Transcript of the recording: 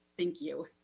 thank you.